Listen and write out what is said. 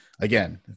again